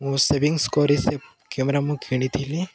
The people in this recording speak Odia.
ମୁଁ ସେଭିଙ୍ଗସ୍ କରି ସେ କ୍ୟାମେରା ମୁଁ କିଣିଥିଲି